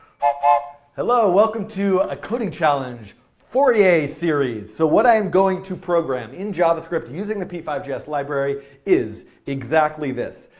ah but hello, welcome to a coding challenge, fourier series. so what i am going to program in javascript using the p five point j s library is exactly this.